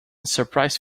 surprise